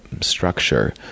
structure